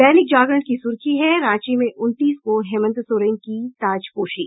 दैनिक जागरण की सुर्खी है रांची में उनतीस को हेमंत सोरेन की ताजपोशी